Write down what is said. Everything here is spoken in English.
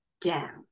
down